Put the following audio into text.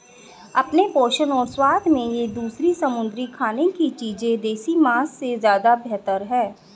अपने पोषण और स्वाद में ये दूसरी समुद्री खाने की चीजें देसी मांस से ज्यादा बेहतर है